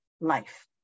life